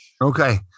Okay